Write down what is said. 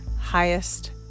highest